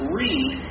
read